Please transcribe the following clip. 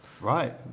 Right